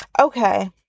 Okay